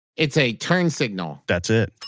it's a turn signal that's it.